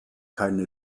keine